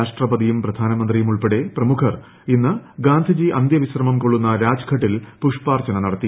രാഷ്ട്രപതിയും പ്രധാനമന്ത്രിയുമുൾപ്പെടെ പ്രമുഖർ ഇന്ന് ഗാന്ധിജി അന്ത്യവിശ്രമം കൊള്ളുന്ന രാജ്ഘട്ടിൽ പുഷ്പാർച്ചന നടത്തി